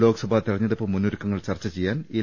ലോക്സഭാ തിരഞ്ഞെടുപ്പ് മുന്നൊരുക്കങ്ങൾ ചർച്ച ചെയ്യാൻ എൽ